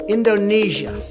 Indonesia